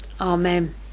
Amen